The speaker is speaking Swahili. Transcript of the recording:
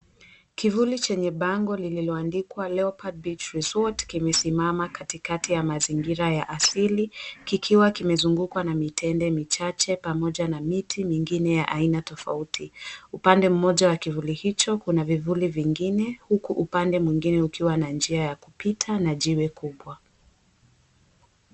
Kivuli chenye bango lililoandikwa Leopard Beach Resort kimesimama katikati ya mazingira ya asili, kikiwa kimezungukwa na mitende michache pamoja na miti mingine ya aina tofauti upande mmoja wa kivuli hicho kuna vivuli vingine huku upande mwingine ukiwa na njia ya kupita na jiwe kubwa.